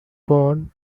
born